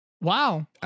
Wow